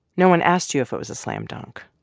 no one asked you if it was a slam dunk,